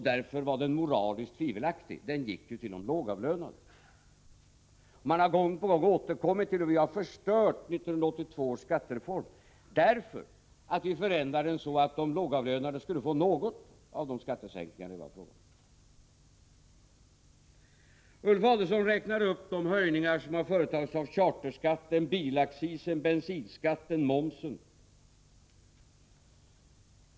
Därför var den moraliskt tvivelaktig, den gick ju till de lågavlönade. Man har gång på gång återkommit till att vi har förstört 1982 års skattereform, därför att vi förändrade den så att de lågavlönade skulle få något av de skattesänkningar det var fråga om. Ulf Adelsohn räknade upp de höjningar som har föreslagits av charterskatten, bilaccisen, bensinskatten, momsen.